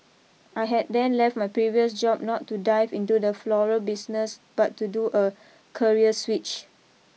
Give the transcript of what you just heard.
I had then left my previous job not to dive into the floral business but to do a career switch